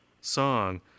song